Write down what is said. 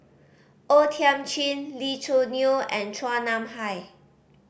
O Thiam Chin Lee Choo Neo and Chua Nam Hai